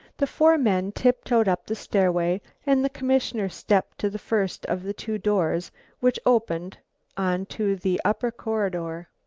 the four men tiptoed up the stairway and the commissioner stepped to the first of the two doors which opened onto the upper corridor.